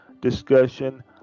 discussion